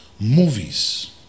Movies